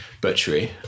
butchery